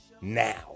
now